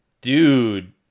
Dude